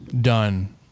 done